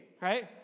right